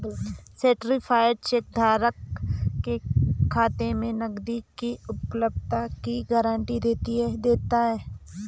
certified cheque धारक के खाते में नकदी की उपलब्धता की गारंटी देता है